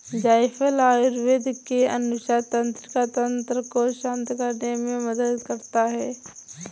जायफल आयुर्वेद के अनुसार तंत्रिका तंत्र को शांत करने में मदद करता है